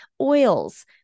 oils